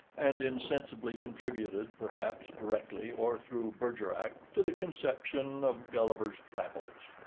and insensibly contributed, perhaps, directly or through bergerac, to the conception of gulliver's travels.